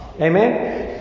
Amen